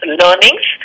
learnings